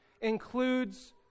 includes